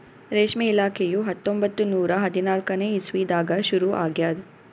ರೇಷ್ಮೆ ಇಲಾಖೆಯು ಹತ್ತೊಂಬತ್ತು ನೂರಾ ಹದಿನಾಲ್ಕನೇ ಇಸ್ವಿದಾಗ ಶುರು ಆಗ್ಯದ್